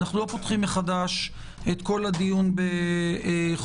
אנו לא פותחים מחדש את כל הדיון בחוק